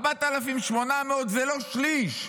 4,800 זה לא שליש.